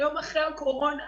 היום אחרי הקורונה,